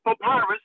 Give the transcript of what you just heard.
papyrus